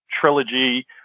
trilogy